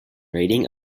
rating